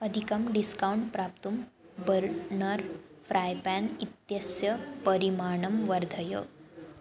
अधिकं डिस्कौण्ट् प्राप्तुं burner frypan इत्यस्य परिमाणं वर्धय